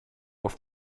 auf